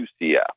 UCF